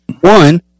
One